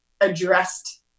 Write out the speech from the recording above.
addressed